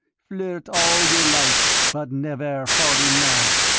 flirt all your life, but never fall in love.